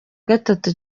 gatatu